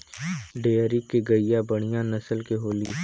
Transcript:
dairy के गईया बढ़िया नसल के होली